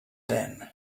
then